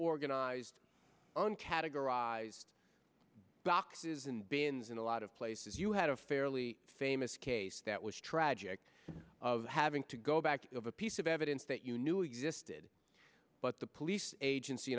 disorganized uncategorized boxes in bins in a lot of places you had a fairly famous case that was tragic of having to go back of a piece of evidence that you knew existed but the police agency